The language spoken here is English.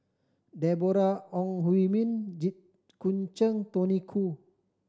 Deborah Ong Hui Min Jit Koon Ch'ng Tony Khoo